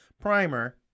primer